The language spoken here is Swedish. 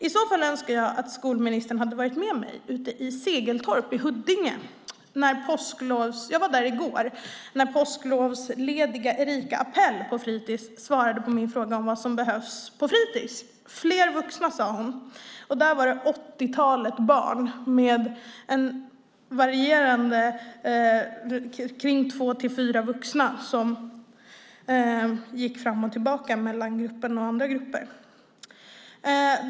I så fall önskar jag att skolministern hade varit med mig i Segeltorp i Huddinge - jag var där i går - när påsklovslediga Erika Apell på fritis svarade på min fråga om vad som behövs på fritis: Fler vuxna, sade hon. Där var det ett åttiotal barn med två till fyra vuxna som gick fram och tillbaka mellan grupperna.